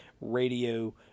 radio